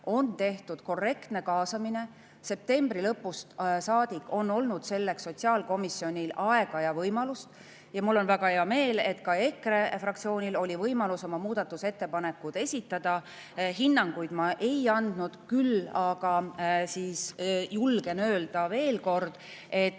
on tehtud korrektne kaasamine, septembri lõpust saadik on sotsiaalkomisjonil olnud selleks aega ja võimalust. Mul on väga hea meel, et ka EKRE fraktsioonil oli võimalus oma muudatusettepanekud esitada. Hinnanguid ma ei andnud, küll aga julgen öelda, veel kord, et